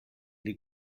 les